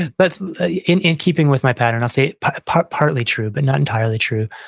and but in in keeping with my pattern, i'll say partly true, but not entirely true.